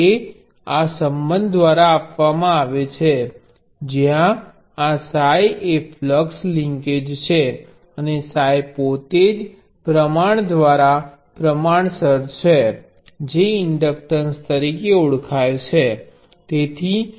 તે આ સંબંધ દ્વારા આપવામાં આવે છે જ્યાં આ 𝛙 એ ફ્લક્સ લિન્કેજ છે અને 𝛙 પોતે જ પ્રમાણ દ્વારા પ્રમાણસર છે જે ઇન્ડક્ટન્સ તરીકે ઓળખાય છે